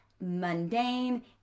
mundane